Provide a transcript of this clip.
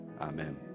Amen